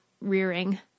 rearing